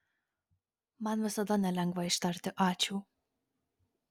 man visada nelengva ištarti ačiū